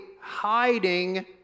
hiding